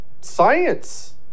science